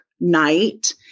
night